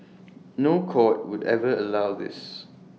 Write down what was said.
no court would ever allow this